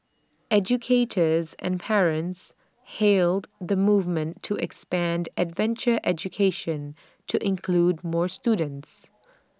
educators and parents hailed the movement to expand adventure education to include more students